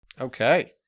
Okay